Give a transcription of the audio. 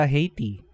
Haiti